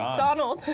um donald.